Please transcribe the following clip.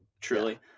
truly